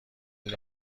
این